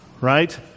right